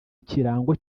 ikirango